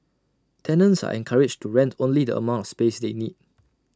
tenants are encouraged to rent only the amount of space they need